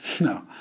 No